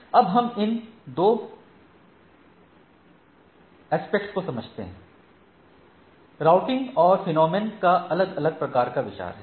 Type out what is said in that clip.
अब हम इन 2 एस्पेक्ट्स को समझते हैं राउटिंग और फेनोमेनन का अलग अलग प्रकार का विचार है